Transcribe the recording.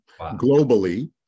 globally